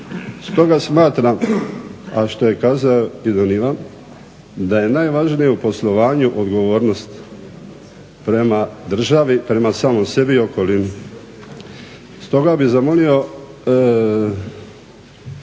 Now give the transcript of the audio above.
Stoga smatram, a što ja kazao i don Ivan, da je najvažnije u poslovanju odgovornost prema državi, prema samom sebi i okolini. Stoga bih zamolio